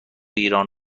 ایران